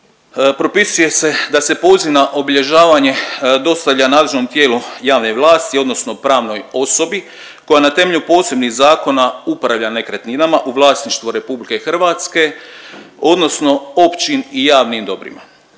propisuje se da se poziv na obilježavanje dostavlja nadležnom tijelu javne vlasti odnosno pravnoj oso9bi koja na temelju posebnih zakona upravlja nekretninama u vlasništvu Republike Hrvatske odnosno općim i javnim dobrima.